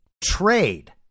trade